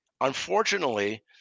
Unfortunately